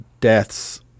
deaths